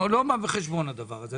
לא בא בחשבון הדבר הזה.